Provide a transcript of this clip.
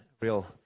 real